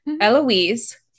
Eloise